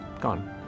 gone